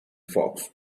fox